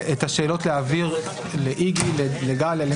את השאלות להעביר לאיגי, לגליה?